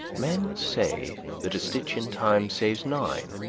men say that a stitch in time saves nine,